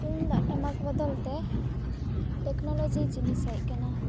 ᱛᱩᱢᱫᱟᱜ ᱴᱟᱢᱟᱠ ᱵᱚᱫᱚᱞ ᱛᱮ ᱴᱮᱠᱱᱳᱞᱳᱡᱤ ᱡᱤᱱᱤᱥ ᱦᱮᱡ ᱟᱠᱟᱱᱟ